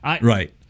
Right